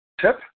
Tip